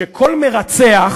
שכל מרצח